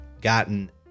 gotten